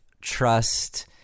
trust